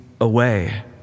away